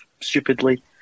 stupidly